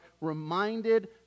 reminded